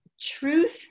truth